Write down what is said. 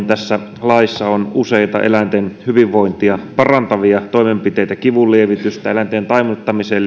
tässä laissa on useita eläinten hyvinvointia parantavia toimenpiteitä kivunlievitykseen eläinten tainnuttamiseen